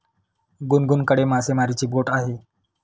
गुनगुनकडे मासेमारीची बोट आहे